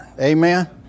Amen